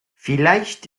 vielleicht